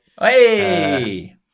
Hey